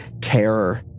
terror